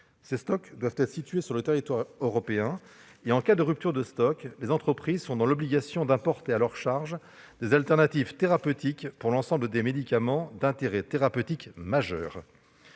Ces stocks doivent être situés sur le territoire européen et, en cas de rupture, les entreprises sont dans l'obligation d'importer à leur charge des solutions de rechange thérapeutiques pour l'ensemble des médicaments d'intérêt thérapeutique majeur.